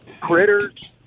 critters